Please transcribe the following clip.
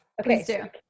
Okay